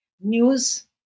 news